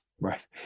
Right